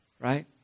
Right